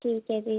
ਠੀਕ ਹੈ ਜੀ